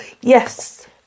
Yes